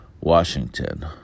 Washington